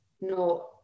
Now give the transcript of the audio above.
no